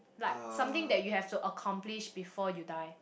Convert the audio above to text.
like something that you have to accomplish before you die